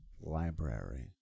library